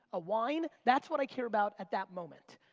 a wine? that's what i care about at that moment.